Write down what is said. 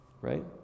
Right